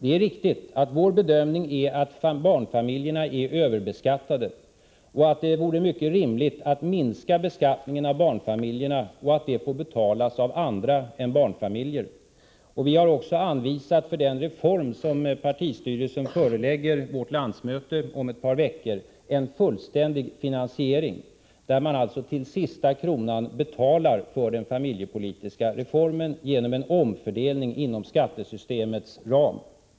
Det är riktigt att vår bedömning är att barnfamiljerna är överbeskattade, att det vore mycket rimligt att minska beskattningen av barnfamiljerna och att detta får betalas av andra än barnfamiljer. Vi har också för den reform som partistyrelsen förelägger vårt landsmöte om ett par veckor anvisat en fullständig finansiering. Den familjepolitiska reformen betalas till sista kronan genom en omfördelning inom skattesystemets ram.